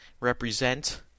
represent